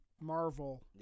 Marvel